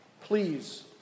please